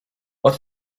what